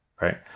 right